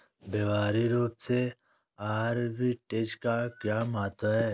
व्यवहारिक रूप में आर्बिट्रेज का क्या महत्व है?